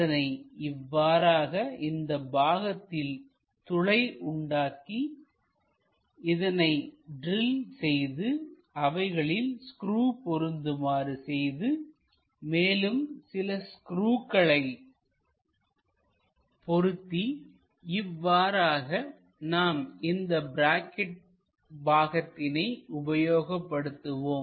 அதனை இவ்வாறாக இந்த பாகத்தில் துளைகள் உண்டாக்கி இதனை ட்ரில் செய்து அவைகளில் ஸ்க்ரூ பொருந்துமாறு செய்து மேலும் சில ஸ்க்ரூகளை பொருத்தி இவ்வாறாக நாம் இந்த பிராக்கெட் பாகத்தினை உபயோகபடுத்துவோம்